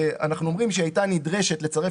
שאנחנו אומרים שהיא היתה נדרשת לצרף